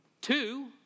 Two